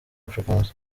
africans